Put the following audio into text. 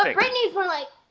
um britney's more like.